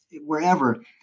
wherever